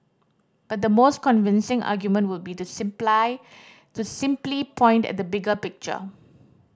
but the most convincing argument would be to to simply point at the bigger picture